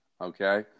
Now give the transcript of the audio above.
Okay